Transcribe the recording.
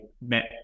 met